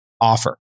offer